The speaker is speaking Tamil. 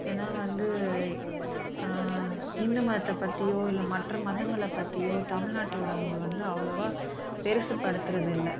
ஏனால் வந்து இந்து மதத்தைப் பற்றியோ இல்லை மற்ற மதங்களைப் பற்றியோ தமிழ்நாட்டு ஊடகங்கள் வந்து அவ்வளவா பெருசுப்படுத்துவது இல்லை